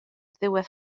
ddiwedd